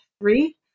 three